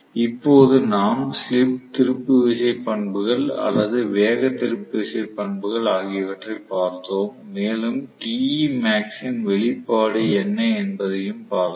இப்போது நாம் ஸ்லிப் திருப்பு விசை பண்புகள் அல்லது வேக திருப்பு விசை பண்புகள் ஆகியவற்றை பார்த்தோம் மேலும் Temax ன் வெளிப்பாடு என்ன என்பதையும் பார்த்தோம்